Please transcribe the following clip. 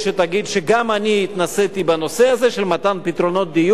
אגיד שגם אני התנסיתי בנושא הזה של מתן פתרונות דיור.